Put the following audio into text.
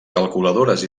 calculadores